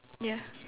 ya